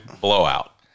blowout